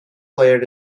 player